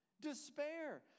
Despair